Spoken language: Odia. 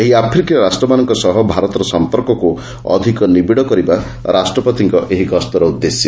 ଏହି ଆଫ୍ରିକୀୟ ରାଷ୍ଟ୍ରମାନଙ୍କ ସହ ଭାରତର ସଂପର୍କକୁ ଅଧିକ ନିବିଡ଼ କରିବା ରାଷ୍ଟ୍ରପତିଙ୍କର ଏହି ଗସ୍ତର ଉଦ୍ଦେଶ୍ୟ